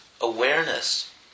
awareness